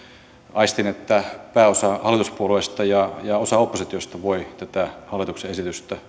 aistin että pääosa hallituspuolueista ja ja osa oppositiosta voivat tätä hallituksen esitystä